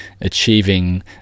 achieving